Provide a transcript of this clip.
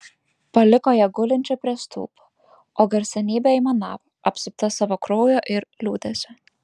paliko ją gulinčią prie stulpo o garsenybė aimanavo apsupta savo kraujo ir liūdesio